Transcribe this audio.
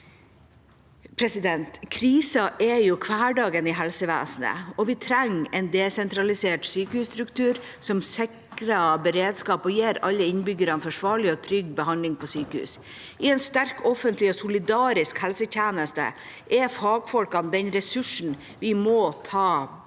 Kriser er hverdagen i helsevesenet, og vi trenger en desentralisert sykehusstruktur som sikrer beredskap og gir alle innbyggere forsvarlig og trygg behandling på sykehus. I en sterk offentlig og solidarisk helsetjeneste er fagfolkene den ressursen vi må ta